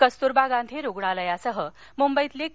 कस्तूरबा गांधी रूग्णालयासह मुंबईतील के